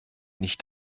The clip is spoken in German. nicht